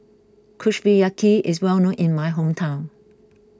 Kushiyaki is well known in my hometown